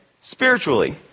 spiritually